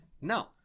no